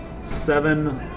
seven